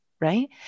right